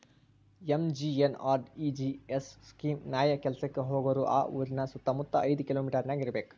MGNREGS scheme ನ್ಯಾಯ ಕೆಲ್ಸಕ್ಕ ಹೋಗೋರು ಆ ಊರಿನ ಸುತ್ತಮುತ್ತ ಐದ್ ಕಿಲೋಮಿಟರನ್ಯಾಗ ಇರ್ಬೆಕ್